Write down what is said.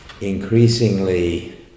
increasingly